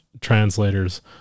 translators